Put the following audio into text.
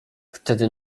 wtedy